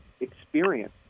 experience